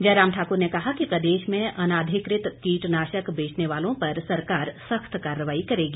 जयराम ठाकुर ने कहा कि प्रदेश में अनाधिकृत कीटनाशक बेचने वालों पर सरकार सख्त कार्रवाई करेगी